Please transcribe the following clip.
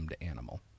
animal